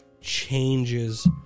changes